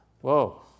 Whoa